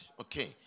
okay